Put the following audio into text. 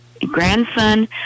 grandson